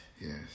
Yes